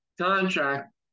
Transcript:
contract